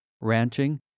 ranching